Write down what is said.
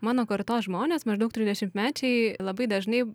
mano kartos žmonės maždaug trisdešimtmečiai labai dažnai